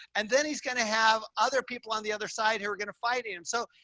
and then he's going to have other people on the other side here, we're going to fight and him. so,